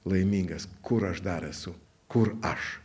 laimingas kur aš dar esu kur aš